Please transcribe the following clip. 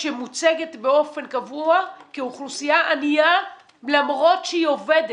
שמוצגת באופן קבוע כאוכלוסייה ענייה למרות שהיא עובדת,